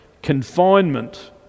confinement